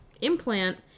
implant